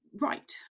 right